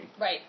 Right